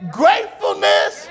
gratefulness